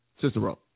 Cicero